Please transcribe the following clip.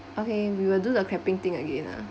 okay we will do the clapping thing again ah